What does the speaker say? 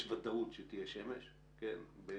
יש ודאות שתהיה שמש בישראל.